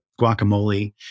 guacamole